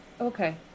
Okay